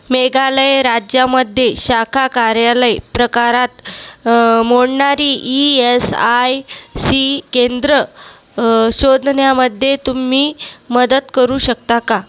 मेघालय राज्यामध्ये शाखा कार्यालय प्रकारात मोडणारी ई एस आय सी केंद्रं शोधण्यामध्ये तुम्ही मदत करू शकता का